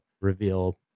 reveal